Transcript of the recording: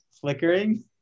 flickering